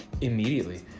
Immediately